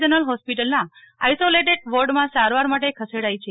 general હોસ્પિટલના isolated વૉર્ડમાં સારવાર માટે ખસેડાઈ છે